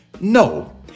No